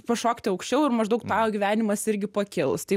pašokti aukščiau ir maždaug tau gyvenimas irgi pakils tai